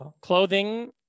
Clothing